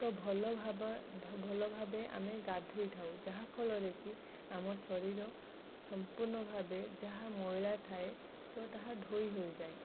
ତ ଭଲଭାବେ ଭଲଭାବେ ଆମେ ଗାଧୋଇଥାଉ ଯାହାଫଳରେ କି ଆମ ଶରୀର ସମ୍ପୂର୍ଣ୍ଣ ଭାବେ ଯାହା ମଇଳା ଥାଏ ତ ତାହା ଧୋଇହୋଇଯାଏ